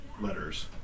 letters